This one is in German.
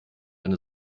eine